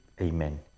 Amen